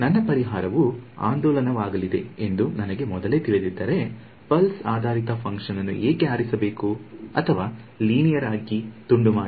ನನ್ನ ಪರಿಹಾರವು ಆಂದೋಲನವಾಗಲಿದೆ ಎಂದು ನನಗೆ ಮೊದಲೇ ತಿಳಿದಿದ್ದರೆ ಪಲ್ಸ್ ಆಧಾರಿತ ಫಂಕ್ಷನ್ ಅನ್ನು ಏಕೆ ಆರಿಸಬೇಕು ಅಥವಾ ಲೀನಿಯರ್ ಆಗಿ ತುಂಡು ಮಾಡಿ